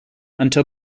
until